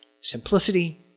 simplicity